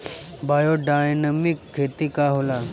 Biodynamic खेती का होला?